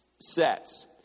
sets